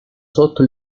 sotto